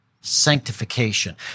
sanctification